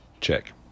Check